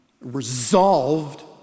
resolved